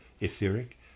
etheric